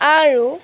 আৰু